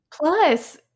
Plus